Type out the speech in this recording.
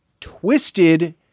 twisted